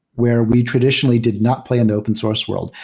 where we traditionally did not play in the open source world,